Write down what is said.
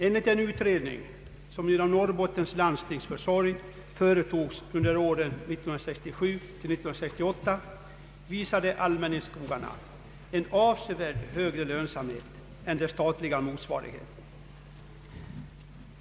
Enligt en utredning som genom Norrbottens landstings försorg företogs åren 1967—1968 visade allmänningsskogarna en avsevärt högre lönsamhet än deras statliga motsvarighet.